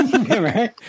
Right